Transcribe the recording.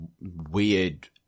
weird